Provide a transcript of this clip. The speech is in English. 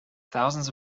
thousands